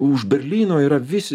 už berlyno yra vis